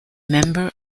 member